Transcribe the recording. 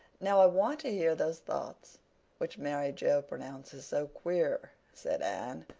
now, i want to hear those thoughts which mary joe pronounces so queer, said anne,